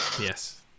yes